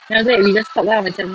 then after that we just talk ah macam